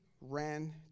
ran